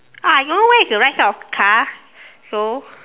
uh I don't know where is the right side of the car so